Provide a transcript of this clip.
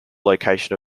location